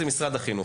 זה משרד החינוך.